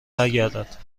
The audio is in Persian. برگردد